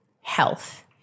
health